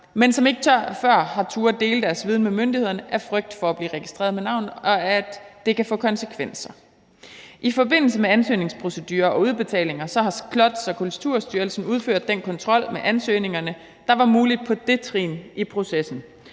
men som ikke før har turdet dele deres viden med myndighederne af frygt for at blive registreret med navn, og at det kan få konsekvenser. I forbindelse med ansøgningsprocedurer og udbetalinger har Slots- og Kulturstyrelsen udført den kontrol med ansøgningerne, der var mulig på det trin i processen.